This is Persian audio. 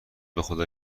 بخدا